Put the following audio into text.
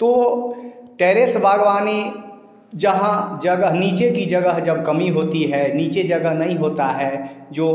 तो टैरेस बागवानी जहाँ जगह नीचे की जगह जब कमी होती है नीचे जगह नहीं होता है जो